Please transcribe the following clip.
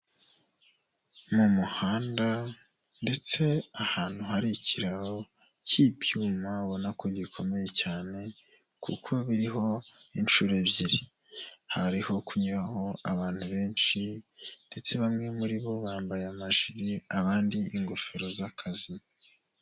Mu muhanda ndetse ahantu hari ikiraro cy'ibyuma ubona ko gikomeye cyane kuko biriho inshuro ebyiri, hariho kunyuraho abantu benshi ndetse bamwe muri bo bambaye amajire abandi bambaye ingofero z'akazi.